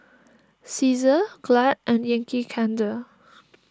Cesar Glad and Yankee Candle